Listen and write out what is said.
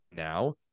Now